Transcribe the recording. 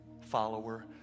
follower